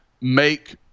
make